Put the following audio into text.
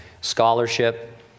scholarship